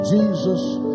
Jesus